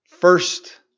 first